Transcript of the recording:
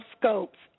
scopes